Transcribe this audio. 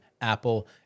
Apple